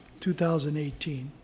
2018